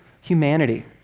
humanity